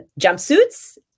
jumpsuits